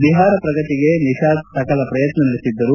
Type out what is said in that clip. ಬಿಹಾರ ಪ್ರಗತಿಗೆ ನಿಶಾದ್ ಸಕಲ ಪ್ರಯತ್ನ ನಡೆಸಿದ್ದರು